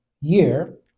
year